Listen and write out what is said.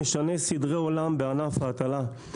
משנה סדרי עולם בענף ההטלה,